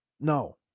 No